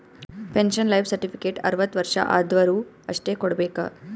pension life certificate ಅರ್ವತ್ ವರ್ಷ ಆದ್ವರು ಅಷ್ಟೇ ಕೊಡ್ಬೇಕ